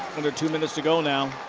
under two minutes to go now.